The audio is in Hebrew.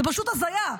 זאת פשוט הזיה.